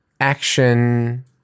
action